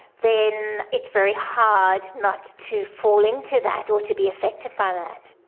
then it's very hard not to fall into that or to be affected by that.